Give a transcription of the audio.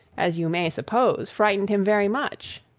as you may suppose, frightened him very much.